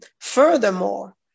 Furthermore